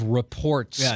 reports